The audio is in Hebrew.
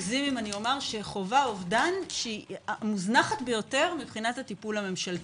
האוכלוסייה שחווה אובדן שהיא המוזנחת ביותר מבחינת הטיפול הממשלתי.